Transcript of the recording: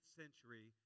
century